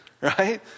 right